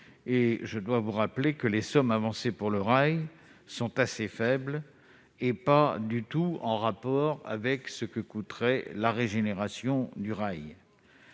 Je souligne que les sommes avancées pour le rail sont assez faibles et pas du tout en rapport avec ce que coûterait la régénération du rail,